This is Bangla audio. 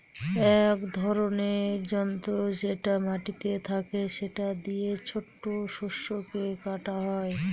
এক ধরনের যন্ত্র যেটা মাটিতে থাকে সেটা দিয়ে ছোট শস্যকে কাটা হয়